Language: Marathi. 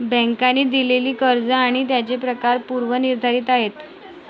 बँकांनी दिलेली कर्ज आणि त्यांचे प्रकार पूर्व निर्धारित आहेत